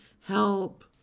help